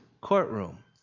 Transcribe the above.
courtroom